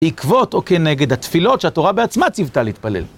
עקבות או כנגד התפילות שהתורה בעצמה ציוותה להתפלל.